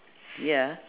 ya